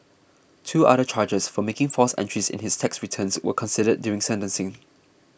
two other charges for making false entries in his tax returns were considered during sentencing